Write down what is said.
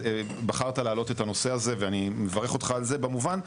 בחרת להעלות את הנושא הזה ואני מברך אותך על זה כמובן,